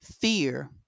fear